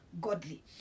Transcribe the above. godly